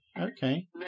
Okay